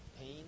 pain